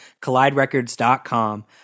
Colliderecords.com